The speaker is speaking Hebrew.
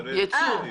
כן.